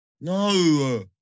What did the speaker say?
no